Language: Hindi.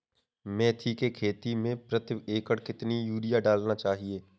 मेथी के खेती में प्रति एकड़ कितनी यूरिया डालना चाहिए?